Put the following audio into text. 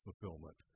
fulfillment